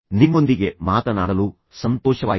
ನಿಮ್ಮೊಂದಿಗೆ ಮಾತನಾಡಲು ಸಂತೋಷವಾಯಿತು